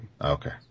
Okay